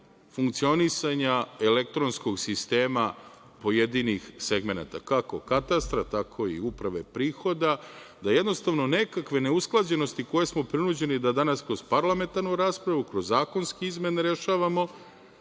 funkcionisanja elektronskog sistema pojedinih segmenata, kako katastra, tako i uprave prihoda da jednostavno nekakve neusklađenosti koje smo prinuđeni da danas kroz parlamentarnu raspravu, kroz zakonske izmene rešavamo,